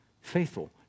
faithful